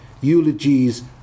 eulogies